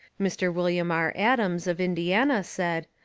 mr. wm. r. adams, of indiana, said,